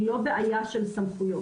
היא לא בעיה של סמכויות,